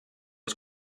was